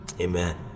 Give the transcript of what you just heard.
amen